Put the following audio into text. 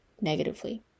negatively